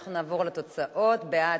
אנחנו נעבור לתוצאות: בעד,